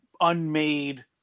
unmade